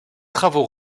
travaux